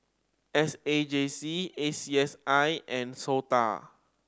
S A J C A C S I and SOTA